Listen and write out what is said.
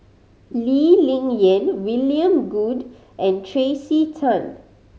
Lee Ling Yen William Goode and Tracey Tan